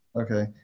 Okay